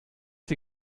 sie